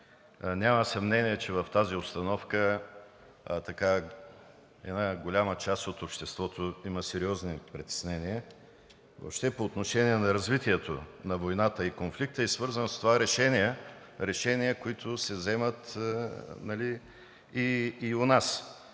Няма съмнение, че в тази обстановка една голяма част от обществото има сериозни притеснения въобще по отношение на развитието на войната и конфликта и свързани с тези решения, които се вземат и у нас,